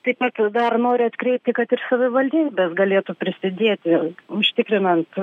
taip pat dar noriu atkreipti kad ir savivaldybės galėtų prisidėti užtikrinant